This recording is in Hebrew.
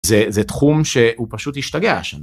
זה זה תחום שהוא פשוט השתגע.